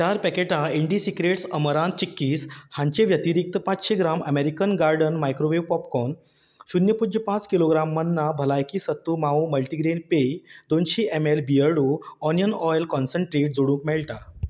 चार पॅकेटां ईंडीसिक्रेट्स अमरांत चिक्कीस हांचे व्यतिरीक्त पांचशें gram American garden microwave popcorn शुन्य पुज्य पांच किलोग्राम मन्ना भलायकी सत्थू मावू मल्टीग्रेन पेय दोनशी M L Beardo onion oil concentrate जोडूंक मेळटा